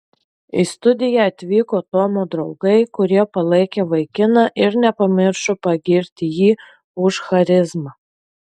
į studiją atvyko tomo draugai kurie palaikė vaikiną ir nepamiršo pagirti jį už charizmą